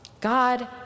God